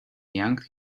yanked